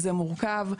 זה מורכב.